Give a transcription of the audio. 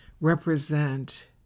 represent